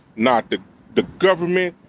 not the the government,